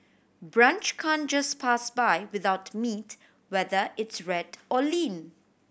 brunch can just pass by without meat whether it's red or lean